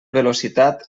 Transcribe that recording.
velocitat